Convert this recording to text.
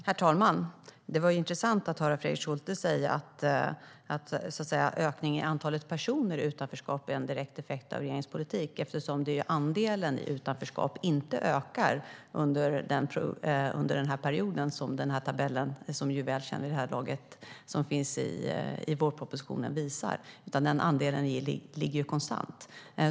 Herr talman! Det var intressant att höra Fredrik Schulte säga att ökningen i antalet personer i utanförskap är en direkt effekt av regeringens politik. Andelen i utanförskap ökar inte under perioden som tabellen, som vi väl känner vid det här laget, i vårpropositionen visar. Den andelen ligger konstant.